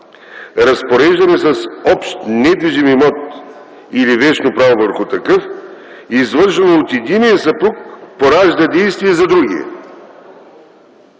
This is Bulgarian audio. „Разпореждане с общ недвижим имот или вещно право върху такъв, извършено от единия съпруг, поражда действия за другия”.